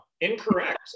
incorrect